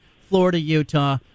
Florida-Utah